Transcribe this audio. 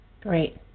great